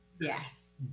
Yes